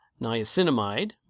niacinamide